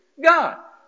God